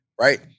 right